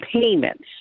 payments